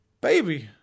baby